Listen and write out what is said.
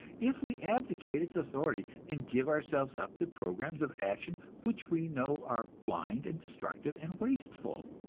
if we abdicate its authority, and give ourselves up to programs of action which we know are blind and destructive and wasteful?